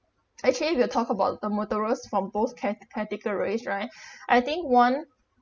actually we're talk about the murderers from both cat~ categories right I think one